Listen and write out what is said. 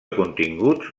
continguts